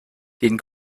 den